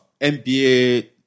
NBA